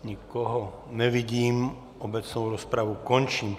Nikoho nevidím, obecnou rozpravu končím.